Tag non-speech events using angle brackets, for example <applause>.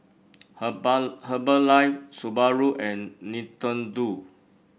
<unintelligible> Herbalife Subaru and Nintendo